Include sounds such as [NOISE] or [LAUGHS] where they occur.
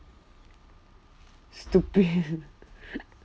stupid [LAUGHS]